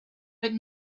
but